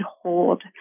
hold